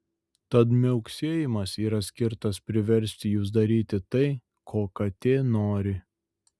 tad miauksėjimas yra skirtas priversti jus daryti tai ko katė nori